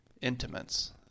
Intimates